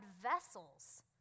vessels